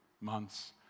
months